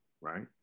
right